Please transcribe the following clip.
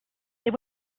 they